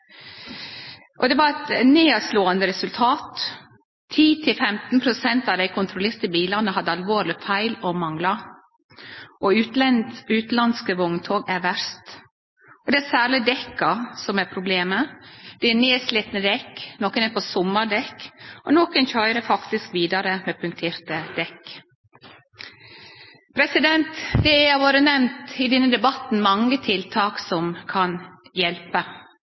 det var eit nedslåande resultat: 10–15 pst. av dei kontrollerte bilane hadde alvorlege feil og manglar, og utanlandske vogntog er verst. Det er særleg dekka som er problemet, det er nedslitne dekk, nokon er på sommardekk, og nokon køyrer faktisk vidare med punkterte dekk. Det har vore nemnt i denne debatten mange tiltak som kan hjelpe,